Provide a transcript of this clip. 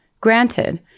Granted